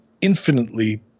infinitely